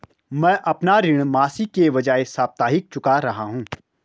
मैं अपना ऋण मासिक के बजाय साप्ताहिक चुका रहा हूँ